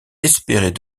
espérait